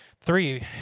Three